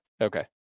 Okay